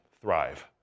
thrive